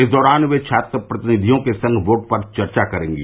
इस दौरान वे छात्र प्रतिनिधियों के संग वोट पर चर्चा करेंगे